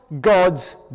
God's